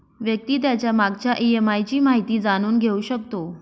व्यक्ती त्याच्या मागच्या ई.एम.आय ची माहिती जाणून घेऊ शकतो